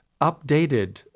updated